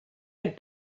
had